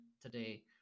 today